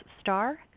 star